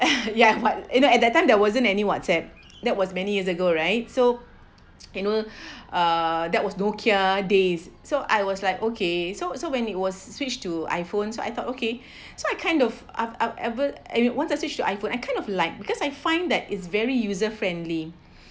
ya what know at that time there wasn't any whatsapp that was many years ago right so you know uh that was Nokia days so I was like okay so so when it was switched to iPhone so I thought okay so I kind of up ever if want to switch to iPhone I kind of like because I find that it's very user friendly